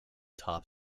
top